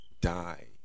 Die